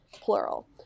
plural